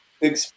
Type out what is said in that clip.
Big